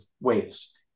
ways